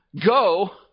Go